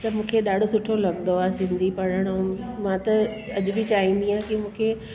त मूंखे ॾाढो सुठो लॻंदो आहे सिंधी पढ़ण ऐं मां त अॼु बि चाहिंदी आहियां की मूंखे